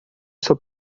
sua